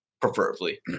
preferably